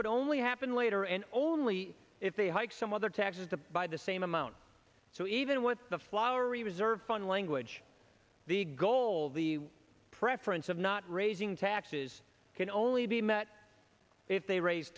would only happen later and only if they hike some other taxes to buy the same amount so even with the flowery reserve fund language the goal the preference of not raising taxes can only be met if they raise